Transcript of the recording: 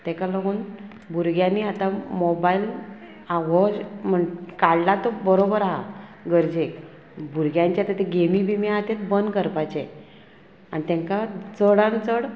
ताका लागून भुरग्यांनी आतां मोबायल आवज म्हण काडला तो बरोबर आहा गरजेक भुरग्यांचे आतां ते गेमी बिमी आहा ते बंद करपाचें आनी तांकां चडान चड